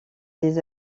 des